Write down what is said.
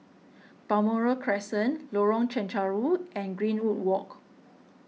Balmoral Crescent Lorong Chencharu and Greenwood Walk